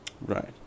Right